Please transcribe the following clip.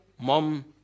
Mom